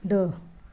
दो